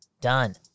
Done